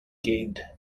gyd